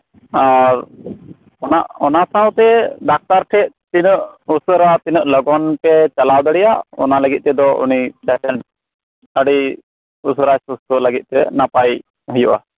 ᱟᱨ ᱚᱱᱟ ᱚᱱᱟ ᱥᱟᱶᱛᱮ ᱰᱟᱠᱛᱟᱨ ᱴᱷᱮᱱ ᱛᱤᱱᱟᱹᱜ ᱩᱥᱟᱹᱨᱟ ᱛᱤᱱᱟᱹᱜ ᱞᱚᱜᱚᱱ ᱯᱮ ᱪᱟᱞᱟᱣ ᱫᱟᱲᱮᱹᱭᱟᱜ ᱚᱱᱟᱞᱟᱹᱜᱤᱫ ᱛᱮᱫᱚ ᱩᱱᱤ ᱯᱮᱥᱮᱱᱴ ᱟᱹᱰᱤ ᱩᱥᱟᱹᱨᱟ ᱥᱩᱥᱛᱚ ᱞᱟᱹᱜᱤᱫ ᱛᱮ ᱱᱟᱯᱟᱭ ᱦᱳᱭᱳᱜᱼᱟ